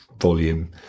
volume